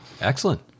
Excellent